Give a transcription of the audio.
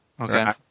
Okay